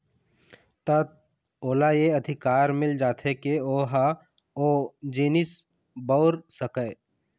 त ओला ये अधिकार मिल जाथे के ओहा ओ जिनिस बउर सकय